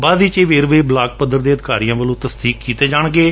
ਬਾਦ ਵਿੱਚ ਵੇਰਵੇ ਬਲਾਕ ਪੱਧਰ ਦੇ ਅਧਿਕਾਰੀਆਂ ਵੱਲੋਂ ਤਸਦੀਕ ਕੀਤੇ ਜਾਣਗੇ